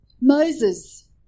Moses